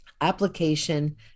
application